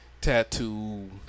Tattoo